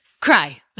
Cry